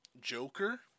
Joker